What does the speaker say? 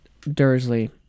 Dursley